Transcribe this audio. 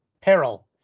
peril